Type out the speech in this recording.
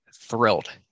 thrilled